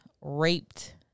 raped